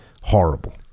horrible